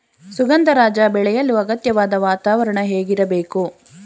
ಸುಗಂಧರಾಜ ಬೆಳೆಯಲು ಅಗತ್ಯವಾದ ವಾತಾವರಣ ಹೇಗಿರಬೇಕು?